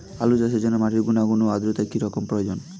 আলু চাষের জন্য মাটির গুণাগুণ ও আদ্রতা কী রকম প্রয়োজন?